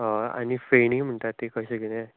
हय आनी फेणी म्हणटात ती कशें कितें